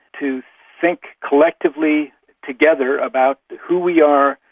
to think collectively together about who we are,